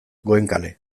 goenkale